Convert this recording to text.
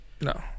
no